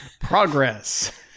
Progress